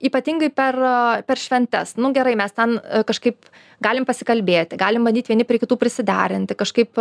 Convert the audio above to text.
ypatingai per per šventes nu gerai mes ten kažkaip galim pasikalbėti galim bandyt vieni prie kitų prisiderinti kažkaip